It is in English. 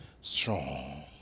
strong